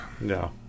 No